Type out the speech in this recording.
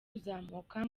kuzamuka